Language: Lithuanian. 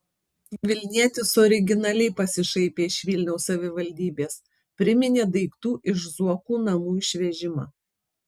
vilnietis originaliai pasišaipė iš vilniaus savivaldybės priminė daiktų iš zuokų namų išvežimą